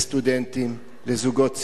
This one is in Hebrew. לסטודנטים, לזוגות צעירים.